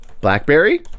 Blackberry